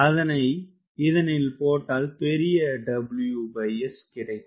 அதனை இதனில் போட்டால் பெரிய WS கிடைக்கும்